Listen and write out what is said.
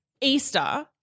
Easter